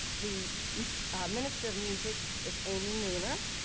the minister of music is amy neuner,